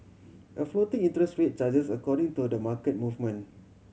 a floating interest rate charges according to the market movement